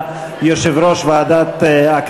42,